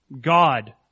God